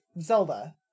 Zelda